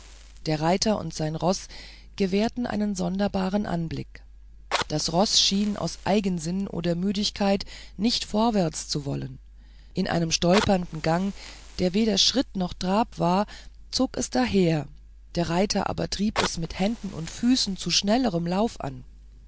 der reiter und sein roß gewährten einen sonderbaren anblick das roß schien aus eigensinn oder müdigkeit nicht vorwärts zu wollen in einem stolpernden gang der weder schritt noch trab war zog es daher der reiter aber trieb es mit händen und füßen zu schnellerem laufe an